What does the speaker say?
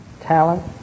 talent